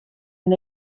and